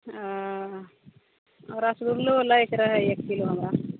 ओ रसगुल्लो लैके रहै एक किलो हमरा